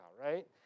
right